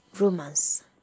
romance